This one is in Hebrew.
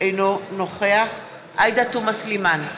אינו נוכח עאידה תומא סלימאן,